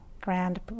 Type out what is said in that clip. grand